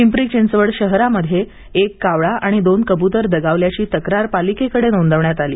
पिंपरी चिंचवड शहरामध्ये एक कावळा आणि दोन कबूतर दगावल्याची तक्रार पालिकेकडे नोंदवण्यात आली